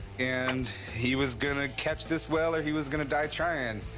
and he was going to catch this whale or he was going to die trying.